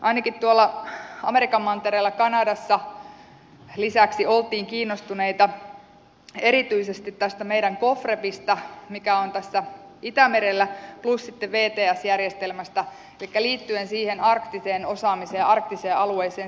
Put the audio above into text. ainakin tuolla amerikan mantereella kanadassa lisäksi oltiin kiinnostuneita erityisesti tästä meidän gofrepista mikä on tässä itämerellä plus vts järjestelmästä elikkä liittyen siihen arktiseen osaamiseen arktiseen alueeseen